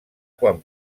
quan